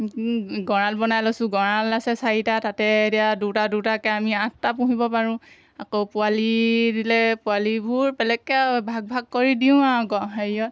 গঁৰাল বনাই লৈছোঁ গঁৰাল আছে চাৰিটা তাতে এতিয়া দুটা দুটাকৈ আমি আঠটা পুহিব পাৰোঁ আকৌ পোৱালি দিলে পোৱালিবোৰ বেলেগকৈ আৰু ভাগ ভাগ কৰি দিওঁ আৰু হেৰিয়ত